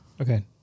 Okay